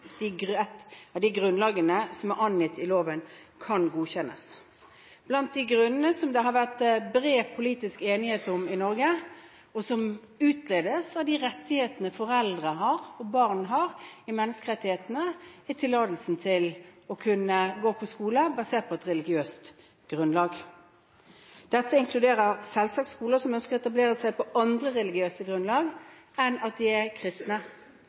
et av de grunnlagene som er angitt i loven, kan godkjennes. Blant de grunnene som det har vært bred politisk enighet om i Norge, og som utledes av de rettighetene foreldre og barn har i menneskerettighetene, er tillatelse til å kunne gå på skole basert på et religiøst grunnlag. Dette inkluderer selvsagt skoler som ønsker å etablere seg på andre religiøse grunnlag enn at de er kristne.